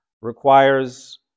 requires